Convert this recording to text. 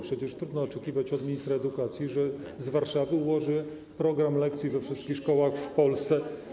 Przecież trudno oczekiwać od ministra edukacji, że z Warszawy ułoży program lekcji we wszystkich szkołach w Polsce.